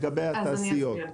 לגבי התעשיות.